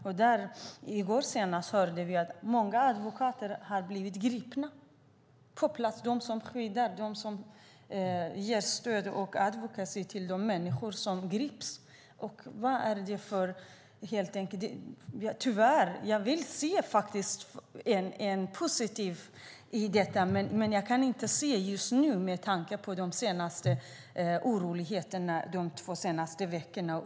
Senast i går hörde vi att många advokater har blivit gripna på plats när de vill ge rättsligt stöd till de människor som grips. Jag vill se något positivt i detta, men just nu kan jag tyvärr inte göra det med tanke på oroligheterna de senaste två veckorna.